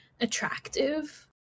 attractive